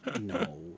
no